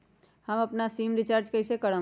हम अपन SIM recharge कइसे करम?